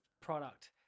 product